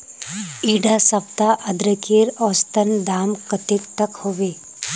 इडा सप्ताह अदरकेर औसतन दाम कतेक तक होबे?